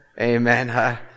Amen